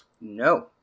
No